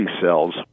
cells